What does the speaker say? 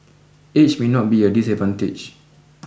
age may not be a disadvantage